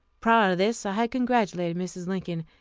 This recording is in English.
prior to this i had congratulated mrs. lincoln,